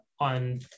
on